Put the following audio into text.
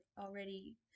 already